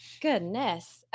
Goodness